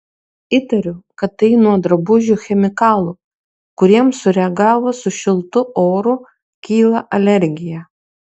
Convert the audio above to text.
įtariu kad tai nuo drabužių chemikalų kuriems sureagavus su šiltu oru kyla alergija